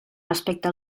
respecte